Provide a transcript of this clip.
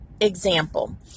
example